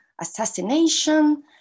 assassination